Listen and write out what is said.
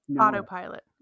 Autopilot